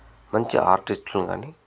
మంచి ఆర్టిస్ట్లు గానీ